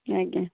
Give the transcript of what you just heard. ଆଜ୍ଞା